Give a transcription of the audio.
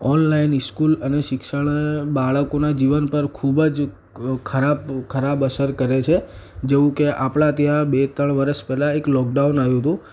online school અને શિક્ષણ બાળકોનાં જીવન પર ખૂબ જ ખરાબ ખરાબ અસર કરે છે જેવુ કે આપણાં ત્યાં બે ત્રણ વર્ષ પહેલાં એક લોકડાઉન આવ્યું હતું